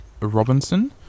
Robinson